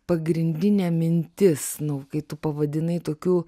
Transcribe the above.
pagrindinė mintis nu kai tu pavadinai tokiu